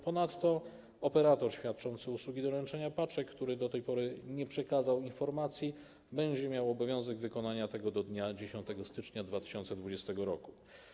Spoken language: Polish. Ponadto operator świadczący usługi doręczenia paczek, który do tej pory nie przekazał informacji, będzie miał obowiązek wykonania tego do dnia 10 stycznia 2020 r.